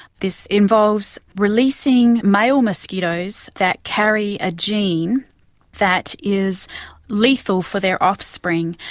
this involves releasing male mosquitoes that carry a gene that is lethal for their offspring.